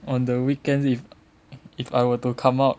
on the weekends if if I were to come out